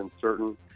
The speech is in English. certain